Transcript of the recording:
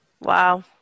Wow